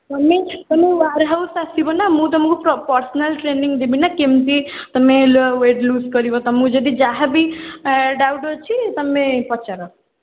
ତୁମେ ତୁମେ warehouse ଆସିବ ନା ମୁଁ ତୁମକୁ ପର୍ସନାଲ୍ ଟ୍ରେନିଙ୍ଗ ଦେବି ନା କେମିତି ତୁମେ ୱେଟ୍ ଲୁଜ୍ କରିବ ତୁମକୁ ଯଦି ଯାହା ବି ଏ ଡାଉଟ୍ ଅଛି ତୁମେ ପଚାର